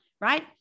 Right